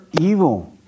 evil